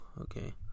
okay